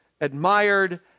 admired